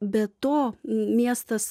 be to miestas